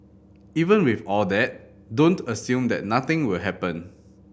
even with all that don't assume that nothing will happen